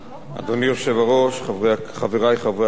אדוני היושב-ראש, חברי חברי הכנסת,